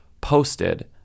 posted